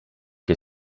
che